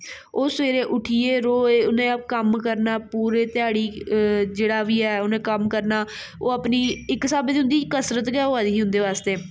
ओह् सवैरे उट्ठियै रोज उ'नें कम्म करना पूरे ध्याढ़ी जेह्ड़ा बी ऐ उ'नें कम्म करना जेह्ड़ा बी ऐ ओह् अपनी इक स्हाबै दी उं'दी कसरत होआ दी ही उं'दे आस्तै